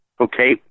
okay